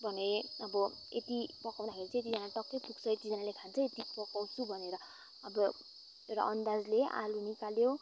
भने अब यति पकाउँदाखेरि चाहिँ यतिजना टक्कै पुग्छ यति जनाले खान्छ यति पकाउँछु भनेर अब एउटा अन्दाजले आलु निकाल्यो